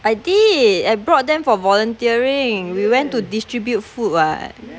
I did I brought them for volunteering we went to distribute food [what]